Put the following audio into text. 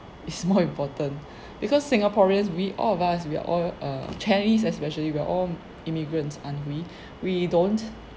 is more important because singaporeans we all of us we are all err chinese especially we're all immigrants aren't we we don't